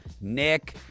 Nick